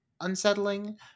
unsettling